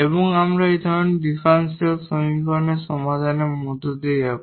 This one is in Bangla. এবং আমরা এই ধরনের ডিফারেনশিয়াল সমীকরণের সমাধানের মধ্য দিয়ে যাব